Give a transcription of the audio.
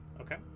Okay